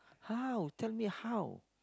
how tell me how